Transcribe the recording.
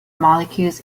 molecules